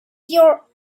your